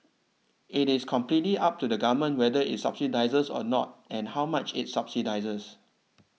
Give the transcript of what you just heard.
it is completely up to the Government whether it subsidises or not and how much it subsidises